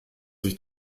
sich